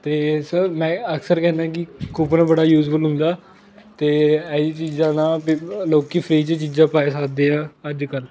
ਅਤੇ ਸ ਮੈਂ ਅਕਸਰ ਕਹਿੰਦਾ ਕਿ ਕੂਪਨ ਬੜਾ ਯੂਜ਼ਫੁੱਲ ਹੁੰਦਾ ਅਤੇ ਅਹਿਜੀ ਚੀਜ਼ਾਂ ਨਾਲ ਪੇ ਲੋਕ ਫਰੀ 'ਚ ਚੀਜ਼ਾਂ ਪਾ ਸਕਦੇ ਆ ਅੱਜ ਕੱਲ੍ਹ